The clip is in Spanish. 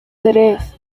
tres